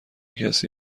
کسی